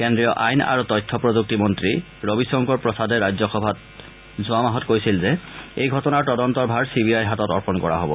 কেড্ৰীয় আইন আৰু তথ্য প্ৰযুক্তি মন্ত্ৰী ৰবি শংকৰ প্ৰসাদে ৰাজ্য সভাত যোৱা মাহত কৈছিল যে এই ঘটনাৰ তদন্তৰ ভাৰ চি বি আইৰ হাতত অৰ্পণ কৰা হ'ব